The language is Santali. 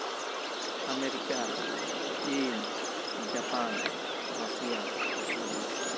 ᱟᱢᱮᱨᱤᱠᱟ ᱪᱤᱱ ᱡᱟᱯᱟᱱ ᱨᱟᱥᱤᱭᱟ ᱚᱥᱴᱨᱮᱞᱤᱭᱟ